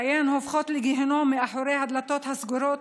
חייהן הופכים לגיהינום מאחורי הדלתות הסגורות,